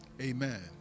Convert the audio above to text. Amen